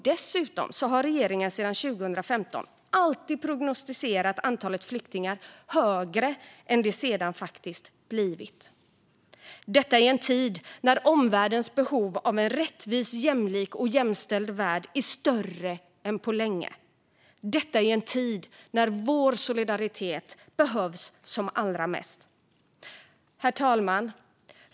Dessutom har regeringen sedan 2015 alltid prognostiserat antalet flyktingar högre än det sedan faktiskt blivit. Detta sker i en tid när behovet av en rättvis, jämlik och jämställd värld är större än på länge. Detta sker i en tid när vår solidaritet behövs som allra mest. Herr talman!